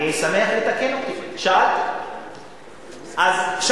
אני שמח שאתה מתקן אותי.